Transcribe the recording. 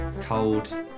cold